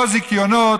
לא זיכיונות,